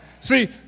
See